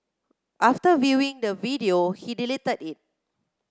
after viewing the video he deleted it